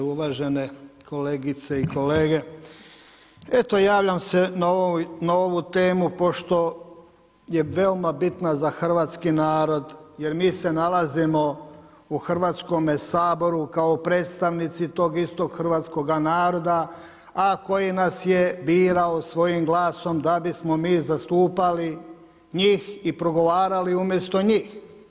Uvažene kolegice i kolege, eto javljam se na ovu temu, pošto je veoma bitna za Hrvatski narod, jer mi se nalazimo u Hrvatskome saboru, kao predstavnici tog istoga hrvatskoga naroda, a koji nas je birao svojim glasom da bismo mi zastupali njih progovarali umjesto njih.